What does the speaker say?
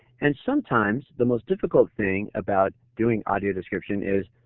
and sometimes the most difficult thing about doing audio description is,